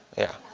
yeah,